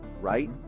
right